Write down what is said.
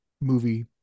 movie